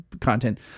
content